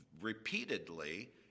repeatedly